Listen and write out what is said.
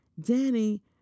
Danny